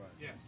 Yes